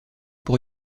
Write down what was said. pour